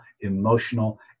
emotional